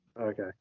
okay